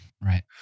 right